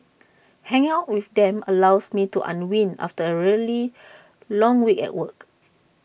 hanging out with them allows me to unwind after A really long week at work